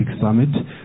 Summit